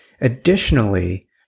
Additionally